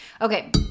Okay